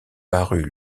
parut